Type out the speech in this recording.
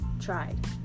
tried